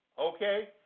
Okay